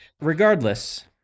regardless